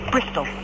Bristol